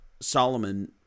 Solomon